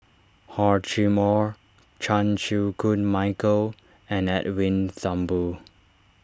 Hor Chim or Chan Chew Koon Michael and Edwin Thumboo